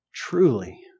Truly